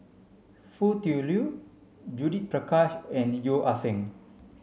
Foo Tui Liew Judith Prakash and Yeo Ah Seng